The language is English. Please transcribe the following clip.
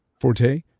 Forte